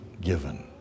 given